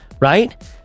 right